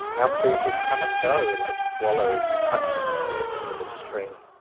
our pleasures come and go, like swal lows touching the surface of a stream,